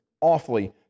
awfully